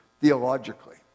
theologically